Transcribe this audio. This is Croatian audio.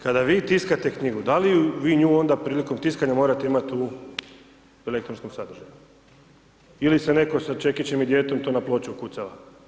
Kada vi tiskate knjigu, da li vi nju onda prilikom tiskanja morate imati u elektronskom sadržaju ili se netko sa čekićem i djetlom to na ploču ukucava?